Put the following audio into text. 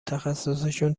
تخصصشون